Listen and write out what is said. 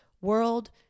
World